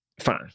fine